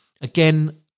again